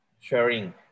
sharing